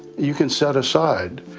you can set aside,